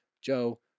joe